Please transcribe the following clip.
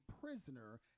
prisoner